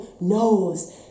knows